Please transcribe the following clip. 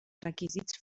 requisits